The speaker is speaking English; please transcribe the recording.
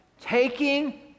Taking